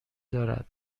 دارد